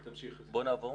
תמשיך, חזי.